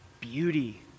beauty